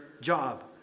job